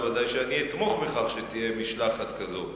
ודאי שאני אתמוך בכך שתהיה משלחת כזאת.